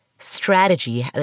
strategy